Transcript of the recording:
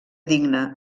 digne